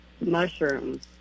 mushrooms